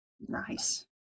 nice